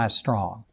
strong